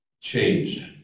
changed